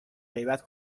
غیبت